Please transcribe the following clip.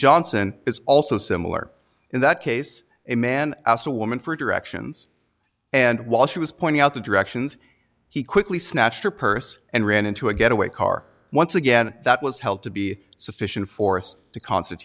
johnson is also similar in that case a man asked a woman for directions and while she was pointing out the directions he quickly snatched her purse and ran into a getaway car once again that was held to be sufficient force to con